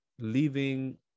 leaving